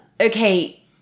Okay